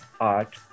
art